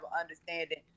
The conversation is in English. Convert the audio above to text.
understanding